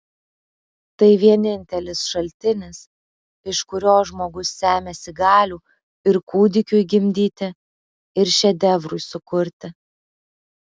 tai vienintelis šaltinis iš kurio žmogus semiasi galių ir kūdikiui gimdyti ir šedevrui sukurti